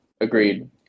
Agreed